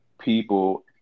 people